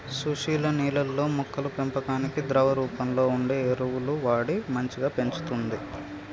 సుశీల నీళ్లల్లో మొక్కల పెంపకానికి ద్రవ రూపంలో వుండే ఎరువులు వాడి మంచిగ పెంచుతంది